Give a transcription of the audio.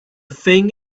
thing